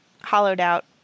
hollowed-out